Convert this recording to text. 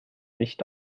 nicht